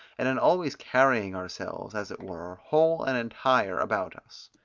and in always carrying ourselves, as it were, whole and entire about us.